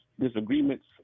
disagreements